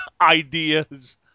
ideas